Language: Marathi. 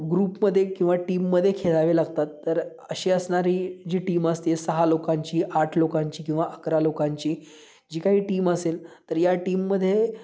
ग्रुपमध्ये किंवा टीममध्ये खेळावे लागतात तर अशी असणारी जी टीम असते सहा लोकांची आठ लोकांची किंवा अकरा लोकांची जी काही टीम असेल तर या टीममध्ये